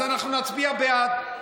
אז אנחנו נצביע בעד.